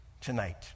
tonight